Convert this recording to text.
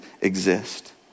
exist